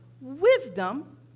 wisdom